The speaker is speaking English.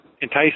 entice